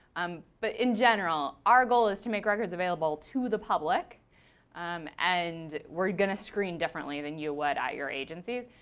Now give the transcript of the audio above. um but, in general, our goal is to make records available to the public and we're going to screen differently than you would at your agencies.